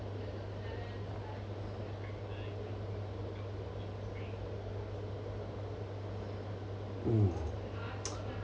mm